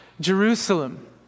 Jerusalem